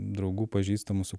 draugų pažįstamų su